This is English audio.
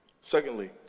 Secondly